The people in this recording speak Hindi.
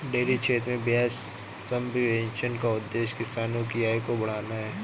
डेयरी क्षेत्र में ब्याज सब्वेंशन का उद्देश्य किसानों की आय को बढ़ाना है